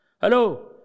Hello